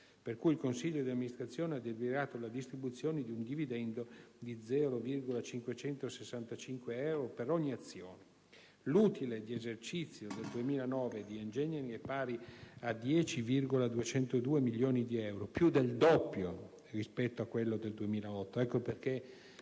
il consiglio d'amministrazione ha deliberato la distribuzione di un dividendo di 0,565 euro per ogni azione. L'utile di esercizio del 2009 di Engineering.it è pari a 10,202 milioni di euro, più del doppio rispetto a quello 2008. Ecco perché,